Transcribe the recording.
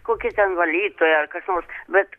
kokia ten valytoja ar kas nors bet